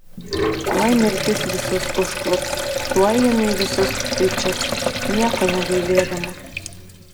tuoj mirtis visus užklups tuoj jinai visus pričiups nieko negailėdama